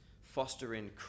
fostering